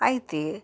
అయితే